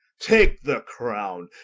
take the crowne,